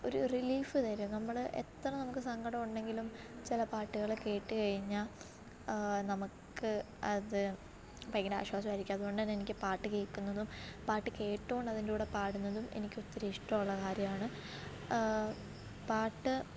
ഒരു റിലീഫ് തരും നമ്മള് എത്ര നമുക്ക് സങ്കടം ഉണ്ടെങ്കിലും ചില പാട്ടുകള് കേട്ടുകഴിഞ്ഞാല് നമുക്ക് അത് ഭയങ്കര ആശ്വാസമായിരിക്കും അതുകൊണ്ടുതന്നെ എനിക്ക് പാട്ട് കേള്ക്കുന്നതും പാട്ട് കേട്ടുകൊണ്ട് അതിൻ്റെകൂടെ പാടുന്നതും എനിക്ക് ഒത്തിരി ഇഷ്ടമുള്ള കാര്യമാണ് പാട്ട്